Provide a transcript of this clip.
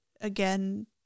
again